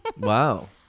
Wow